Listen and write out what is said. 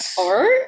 art